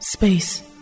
Space